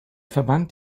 verband